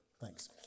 Thanks